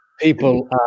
People